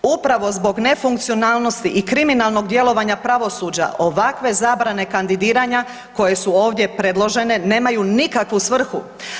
Upravo zbog nefunkcionalnosti i kriminalnog djelovanja pravosuđa ovakve zabrane kandidiranja koje su ovdje predložene nemaju nikakvu svrhu.